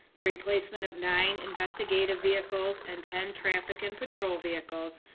the replacement of nine investigative vehicles and ten traffic in patrol vehicles.